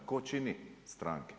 Tko čini stranke?